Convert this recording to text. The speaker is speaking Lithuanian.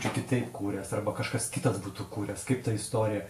čia kitaip kūręs arba kažkas kitas būtų kūręs kaip ta istorija